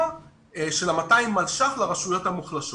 של ה-200 מיליון שקלים לרשויות המוחלשות.